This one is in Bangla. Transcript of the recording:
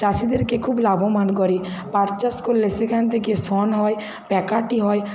চাষিদেরকে খুব লাভবান করে পাট চাষ করলে সেখান থেকে শন হয় প্যাকাঠি হয়